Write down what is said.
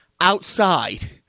outside